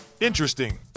Interesting